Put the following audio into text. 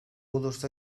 olursa